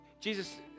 Jesus